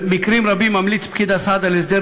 במקרים רבים ממליץ פקיד הסעד על הסדר